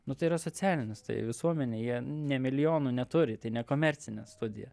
nu tai yra socialinis tai visuomenėj jie ne milijonų neturi tai ne komercinė studija